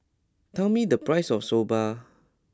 tell me the price of Soba